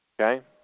Okay